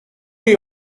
est